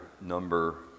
number